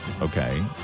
okay